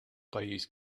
pajjiż